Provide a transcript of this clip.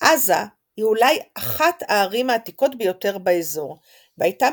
עזה היא אחת הערים העתיקות ביותר באזור והייתה